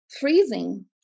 Freezing